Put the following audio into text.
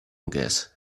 gas